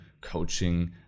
coaching